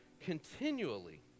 continually